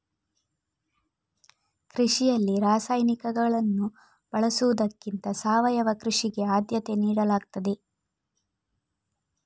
ಕೃಷಿಯಲ್ಲಿ ರಾಸಾಯನಿಕಗಳನ್ನು ಬಳಸುವುದಕ್ಕಿಂತ ಸಾವಯವ ಕೃಷಿಗೆ ಆದ್ಯತೆ ನೀಡಲಾಗ್ತದೆ